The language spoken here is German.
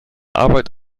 arbeit